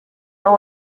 aho